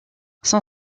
son